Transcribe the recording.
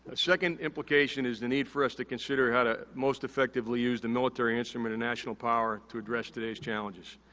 ah second implication is the need for us to consider how to most effectively use the military instrument and national power to address today's challenges?